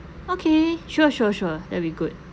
okay sure sure sure that'll be good